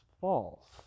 false